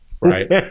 Right